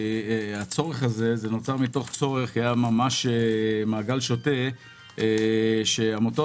זה נוצר מתוך צורך כי היה מעגל שוטף של עמותות,